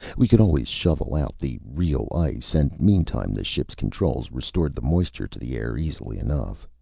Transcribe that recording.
we could always shovel out the real ice, and meantime the ship's controls restored the moisture to the air easily enough.